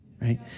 right